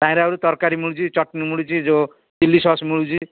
ସେଥିରେ ଆହୁରି ତରକାରୀ ମିଳୁଛି ଚଟ୍ନି ମିଳୁଛି ଯୋଉ ଚିଲ୍ଲି ସସ୍ ମିଳୁଛି